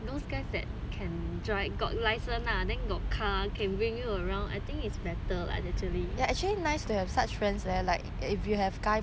those guys that can drive got license lah then got car can bring you around I think it's better like actually